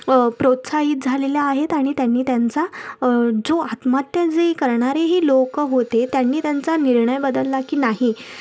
प्रोत्साहित झालेले आहेत आणि त्यांनी त्यांचा जो आत्महत्या जे करणारी ही लोकं होते त्यांनी त्यांचा निर्णय बदलला की नाही